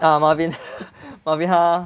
ah Marvin Marvin 他